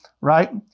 right